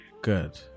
Good